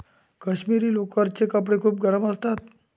काश्मिरी लोकरचे कपडे खूप गरम असतात